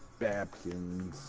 back in